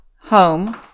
home